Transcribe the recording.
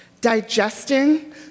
digesting